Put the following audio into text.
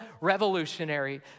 revolutionary